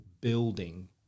building